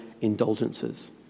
indulgences